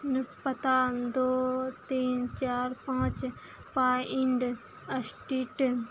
पता दू तीन चारि पाँच पाइंड असटीट